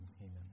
amen